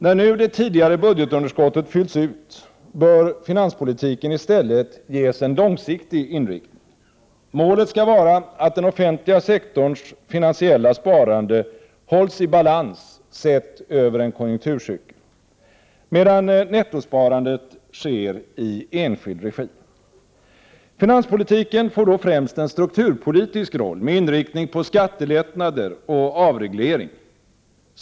När nu det tidigare budgetunderskottet fyllts ut, bör finanspolitiken i stället ges en långsiktig inriktning. Målet skall vara att den offentliga sektorns finansiella sparande hålls i balans sett över en konjunkturcykel, medan nettosparandet sker i enskild regi. Finanspolitiken får då främst en strukturpolitisk roll med inriktning på skattelättnader och avreglering.